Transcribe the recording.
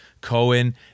Cohen